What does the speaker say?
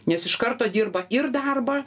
nes iš karto dirba ir darbą